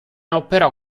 operò